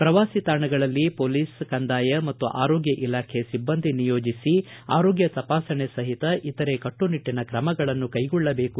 ಪ್ರವಾಸಿ ತಾಣಗಳಲ್ಲಿ ಪೊಲೀಸ್ ಕಂದಾಯ ಮತ್ತು ಆರೋಗ್ಯ ಇಲಾಖೆ ಸಿಬ್ಬಂದಿ ನಿಯೋಜಿಸಿ ಆರೋಗ್ಯ ತಪಾಸಣೆ ಸಹಿತ ಇತರೆ ಕಟ್ಟುನಿಟ್ಟಿನ ಕ್ರಮಗಳನ್ನು ಕೈಗೊಳ್ಳಬೇಕು